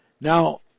now